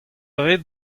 rit